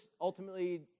ultimately